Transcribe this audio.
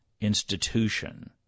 institution